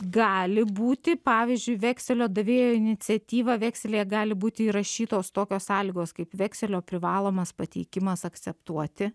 gali būti pavyzdžiui vekselio davėjo iniciatyva vekselyje gali būti įrašytos tokios sąlygos kaip vekselio privalomas pateikimas akceptuoti